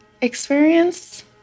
experience